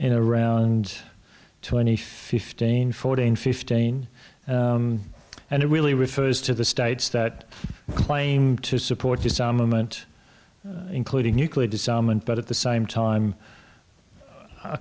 gusto around twenty fifteen fourteen fifteen and it really refers to the states that claim to support disarmament including nuclear disarmament but at the same time